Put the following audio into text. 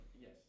yes